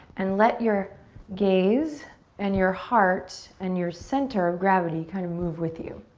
and let your gaze and your heart and your center of gravity kind of move with you.